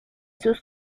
sus